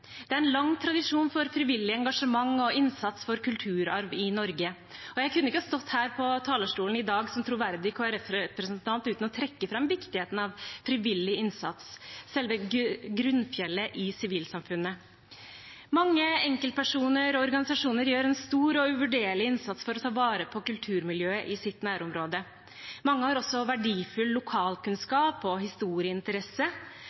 Det er lang tradisjon for frivillig engasjement og innsats for kulturarv i Norge. Jeg kunne ikke stått her på talerstolen i dag som troverdig Kristelig Folkeparti-representant uten å trekke fram viktigheten av frivillig innsats – selve grunnfjellet i sivilsamfunnet. Mange enkeltpersoner og organisasjoner gjør en stor og uvurderlig innsats for å ta vare på kulturmiljøet i sitt nærområde. Mange har også verdifull